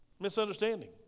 misunderstanding